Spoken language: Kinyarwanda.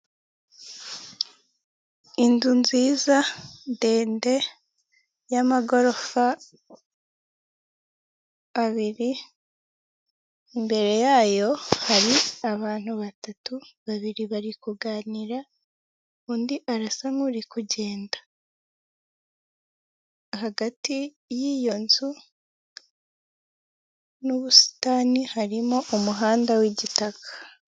Inzu nziza ndende y'amagorofa abiri. Imbere yayo hari abantu batatu; babiri bari kuganira, undi arasa nk'uri kugenda. Hagati y'iyo nzu n'ubusitani harimo umuhanda w'igitaka.